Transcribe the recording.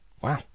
wow